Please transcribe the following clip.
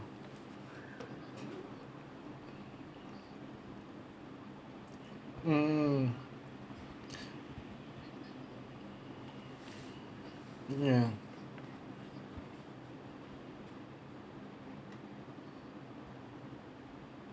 mm ya